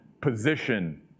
position